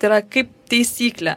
tai yra kaip taisyklė